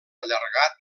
allargat